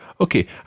Okay